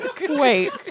Wait